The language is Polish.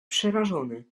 przerażony